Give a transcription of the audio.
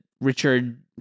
Richard